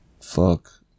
Fuck